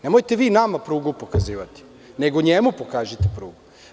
Nemojte vi nama prugu pokazivati, nego njemu pokažite prugu.